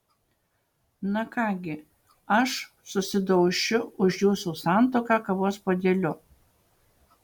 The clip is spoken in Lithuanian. na ką gi aš susidaušiu už jūsų santuoką kavos puodeliu